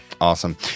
Awesome